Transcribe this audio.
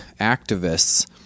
activists